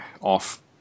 off